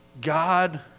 God